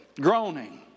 groaning